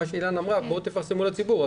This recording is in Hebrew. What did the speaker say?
אילנה אמרה: בואו תפרסמו לציבור.